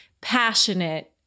passionate